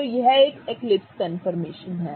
तो यह एक एक्लिप्स कन्फर्मेशन है